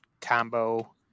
combo